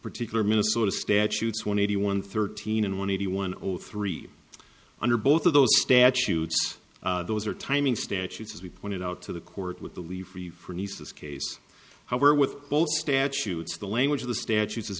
particular minnesota statutes one eighty one thirteen and one eighty one or three under both of those statutes those are timing statutes as we pointed out to the court with the leave for nieces case however with both statutes the language of the statutes is